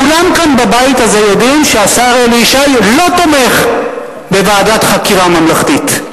כולם כאן בבית הזה יודעים שהשר אלי ישי לא תומך בוועדת חקירה ממלכתית,